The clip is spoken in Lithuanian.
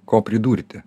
ko pridurti